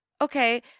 Okay